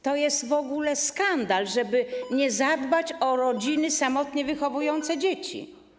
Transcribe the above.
To jest w ogóle skandal, żeby nie zadbać o rodziny samotnie wychowujące dzieci.